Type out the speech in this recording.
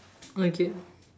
okay